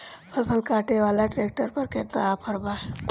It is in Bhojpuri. फसल काटे वाला ट्रैक्टर पर केतना ऑफर बा?